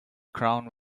crown